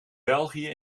belgië